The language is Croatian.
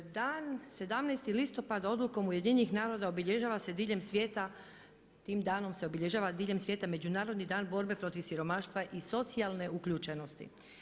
Dan 17. listopad odlukom UN-a obilježava se diljem svijeta, tim danom se obilježava diljem svijeta Međunarodni dan borbe protiv siromaštva i socijalne uključenosti.